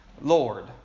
Lord